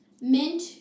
mint